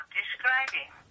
describing